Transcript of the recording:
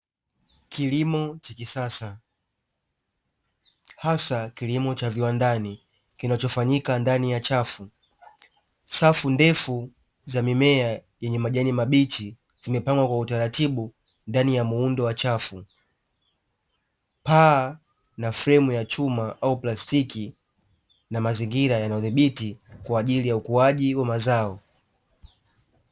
Kilimo cha kisasa kilimo hasa kilimo cha viwandani kinachofanyika ndani ya chafu, safu ndefu za mimea yenye majani mabichi zimepangwa kwa utaratibu ndani ya muundo wa chafu; paa na fremu ya chuma au plastiki na mazingira yanayodhibiti kwa ajili ya ukuaji wa mazao.